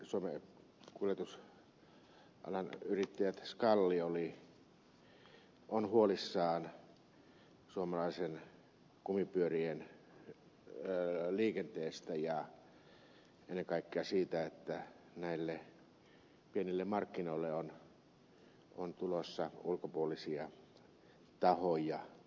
tietysti suomen kuljetusalan yrittäjät skal on huolissaan suomalaisten kumipyörien liikenteestä ja ennen kaikkea siitä että näille pienille markkinoille on tulossa ulkopuolisia tahoja